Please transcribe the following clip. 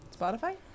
Spotify